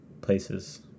places